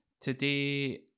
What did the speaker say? Today